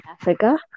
Africa